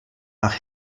nach